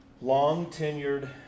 long-tenured